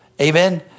Amen